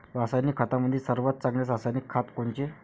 रासायनिक खतामंदी सर्वात चांगले रासायनिक खत कोनचे?